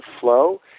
flow